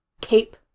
cape